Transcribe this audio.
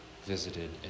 visited